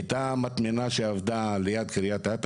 הייתה מטמנה שעבדה ליד קרית אתא,